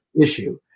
issue